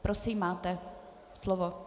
Prosím, máte slovo.